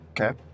Okay